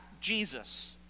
Jesus